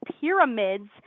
pyramids